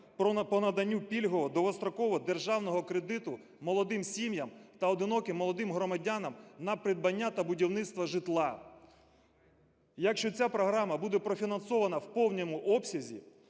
про наданню пільгового довгострокового державного кредиту молодим сім'ям та одиноким молодим громадянам на придбання та будівництва житла. Якщо ця програма буде профінансована в повному обсязі